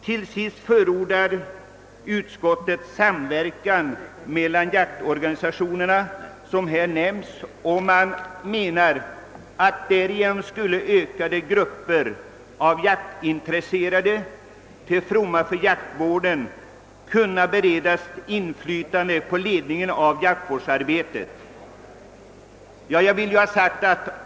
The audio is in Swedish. Till sist förordar utskottet samverkan mellan jaktorganisationerna, som här nämnts, och menar att därigenom ökade grupper av jaktintresserade, till fromma för jaktvården, skulle kunna beredas inflytande på ledningen av jaktvårdsarbetet.